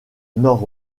nord